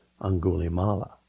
Angulimala